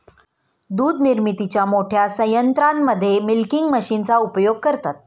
दूध निर्मितीच्या मोठ्या संयंत्रांमध्ये मिल्किंग मशीनचा उपयोग करतात